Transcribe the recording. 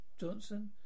Johnson